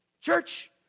Church